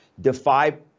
defy